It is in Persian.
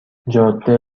جاده